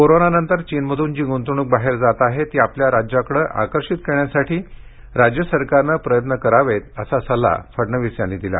कोरोनानंतर चीनमधून जी गूंतवणूक बाहेर जात आहे ती आपल्या राज्याकडे आकर्षित करण्यासाठी राज्य सरकारने प्रयत्न करावेत असा सल्ला फडणवीस यांनी दिला